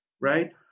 right